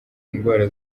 indwara